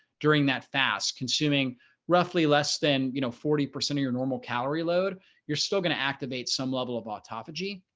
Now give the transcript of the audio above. during that fast consuming roughly less than, you know, forty percent of your normal calorie load you're still going to activate some level of ontology,